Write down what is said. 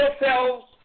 yourselves